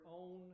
own